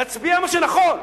להצביע מה שנכון,